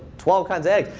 twenty kinds of eggs.